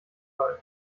fall